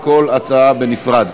על כל הצעה בנפרד,